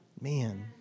Man